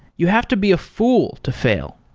you have to be a fool to fail.